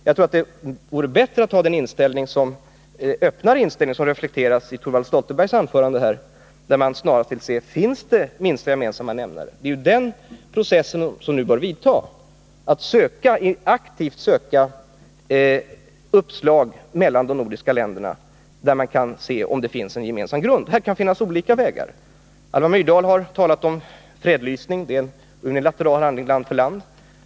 Jag tror att det vore bättre att ha en öppnare inställning — en sådan som den som reflekteras i Thorvald Stoltenbergs anförande, där han snarast frågar: Finns det en gemensam nämnare? Det är den processen som nu bör sättas i gång. Man bör aktivt söka uppslag för att se om det i de nordiska länderna finns en gemensam grund för förhandlingar. Man kan gå fram på olika vägar. Alva Myrdal har talat om fredlysning, en unilateral handling land för land.